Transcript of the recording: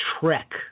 trek